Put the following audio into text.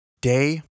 Day